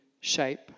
shape